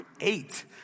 eight